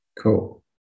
Cool